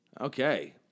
okay